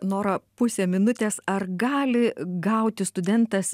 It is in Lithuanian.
nora pusė minutės ar gali gauti studentas